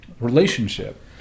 relationship